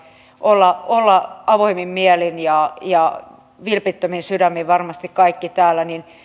olla olla avoimin mielin ja vilpittömin sydämin varmasti kaikki täällä niin